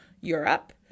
Europe